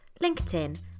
LinkedIn